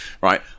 right